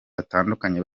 batandukanye